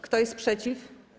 Kto jest przeciw?